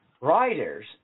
writers